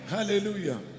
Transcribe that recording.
Hallelujah